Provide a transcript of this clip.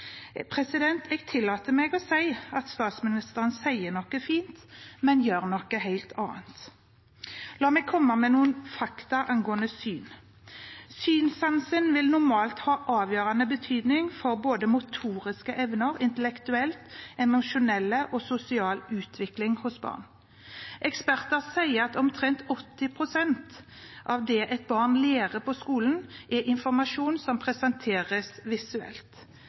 Jeg tillater meg å si at statsministeren sier noe fint, men gjør noe helt annet. La meg komme med noen fakta angående syn. Synssansen vil normalt ha avgjørende betydning for både motoriske evner og intellektuell, emosjonell og sosial utvikling hos barn. Eksperter sier at omtrent 80 pst. av det et barn lærer på skolen, er informasjon som presenteres visuelt.